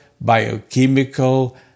biochemical